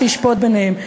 שישפוט ביניהם.